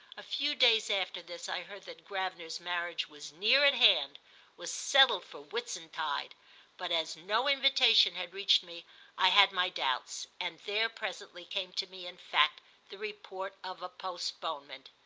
a few days after this i heard that gravener's marriage was near at hand was settled for whitsuntide but as no invitation had reached me i had my doubts, and there presently came to me in fact the report of a postponement.